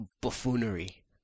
buffoonery